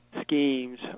schemes